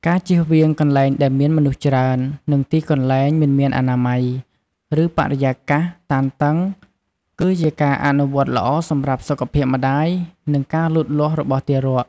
ការជៀសវាងកន្លែងដែលមានមនុស្សច្រើន និងទីកន្លែងមិនមានអនាម័យ ឬបរិយាកាសតានតឹង គឺជាការអនុវត្តល្អសម្រាប់សុខភាពម្តាយ និងការលូតលាស់របស់ទារក។